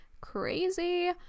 crazy